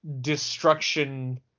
destruction